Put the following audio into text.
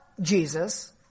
Jesus